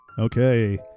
Okay